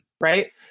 Right